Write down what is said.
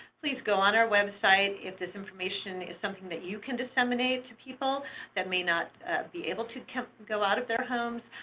please go on our website. if this information is something that you can disseminate to people that may not be able to go out of their home,